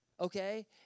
Okay